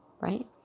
right